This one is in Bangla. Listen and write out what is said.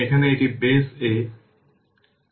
এখন ইনিশিয়াল কন্ডিশন থেকে যখন টাইম t 0 vt v0